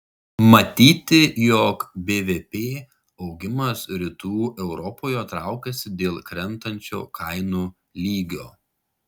matyti jog bvp augimas rytų europoje traukiasi dėl krentančio kainų lygio